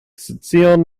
scion